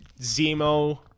Zemo